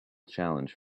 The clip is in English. challenge